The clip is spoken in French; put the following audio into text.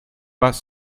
pas